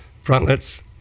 frontlets